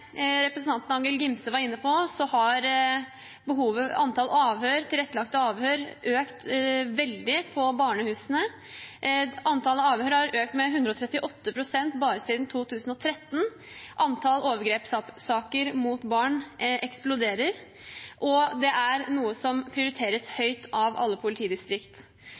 representanten Angell Gimse var inne på, har antall tilrettelagte avhør økt veldig på barnehusene – med 138 pst. bare siden 2013. Antall overgrepssaker mot barn eksploderer, og det er noe som prioriteres høyt i alle